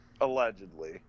Allegedly